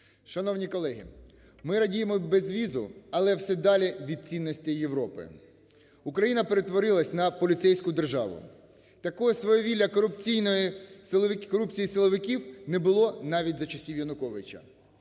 Шановні колеги, ми радіємо безвізу, але все далі від цінностей Європи. Україна перетворилась на поліцейську державу. Такого свавілля корупції силовиків не було навіть за часів Януковича.